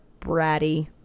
bratty